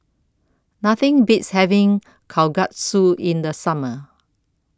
Nothing Beats having Kalguksu in The Summer